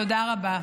תודה רבה.